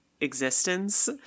existence